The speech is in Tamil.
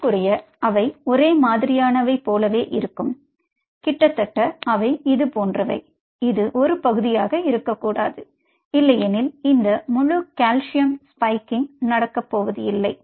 ஏறக்குறைய அவை ஒரே மாதிரியானவை போலவே இருக்கும் கிட்டத்தட்ட அவை இதுபோன்றவை இது ஒரு பகுதியாக இருக்கக்கூடாது இல்லையெனில் இந்த முழு கால்சியம் ஸ்பைக்கிங் நடக்கப்போவதில்லை